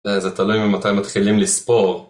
זה תלוי ממתי הם מתחילים לספור.